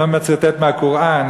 אני לא מצטט מהקוראן,